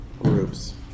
groups